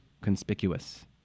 conspicuous